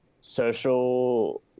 social